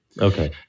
Okay